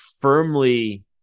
firmly